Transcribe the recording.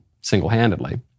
single-handedly